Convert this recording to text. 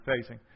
facing